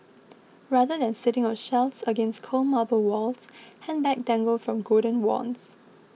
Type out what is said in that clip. rather than sitting on shelves against cold marble walls handbags dangle from golden wands